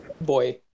boy